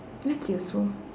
that's useful